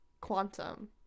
Quantum